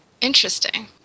Interesting